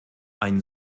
einen